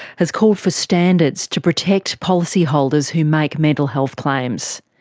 has called for standards to protect policyholders who make mental health claims.